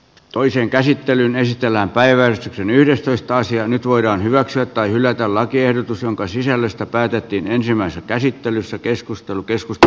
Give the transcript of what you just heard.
toisen käsittelyn esitellään päiväys on yhdestoista sija nyt voidaan hyväksyä tai hylätä lakiehdotus jonka sisällöstä päätettiin ensimmäisessä käsittelyssä keskustelu keskusta